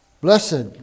Blessed